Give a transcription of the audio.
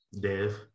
Dev